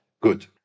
Good